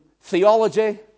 theology